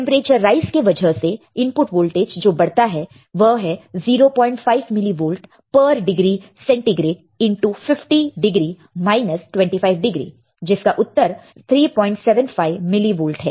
temperature rise के वजह से इनपुट वोल्टेज जो बढ़ता है वह है 015 millivolt per degree centigrade into 50 degree minus 25 degree जिसका उत्तर 375 मिलीवोल्ट है